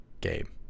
game